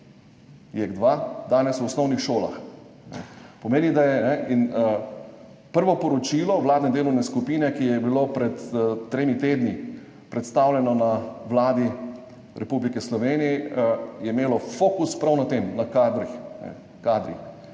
JEK2, danes v osnovnih šolah. Prvo poročilo vladne delovne skupine, ki je bilo pred tremi tedni predstavljeno na Vladi Republike Slovenije, je imelo fokus prav na tem, na kadrih.